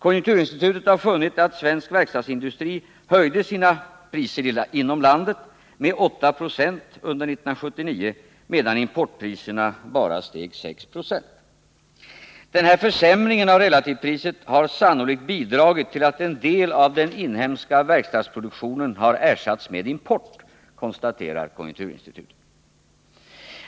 Konjunkturinstitutet har funnit att svensk verkstadsindustri att minska utlandsupplåningen att minska utlandsupplåningen höjde sina priser inom landet med 8 90 under 1979 medan importpriserna bara steg 6 Zo. Den här försämringen av relativpriset har sannolikt bidragit till att en del av den inhemska verkstadsproduktionen har ersatts med import, konstaterar konjunkturinstitutet.